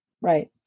Right